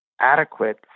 adequate